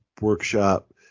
workshop